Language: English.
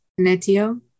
Netio